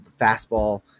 fastball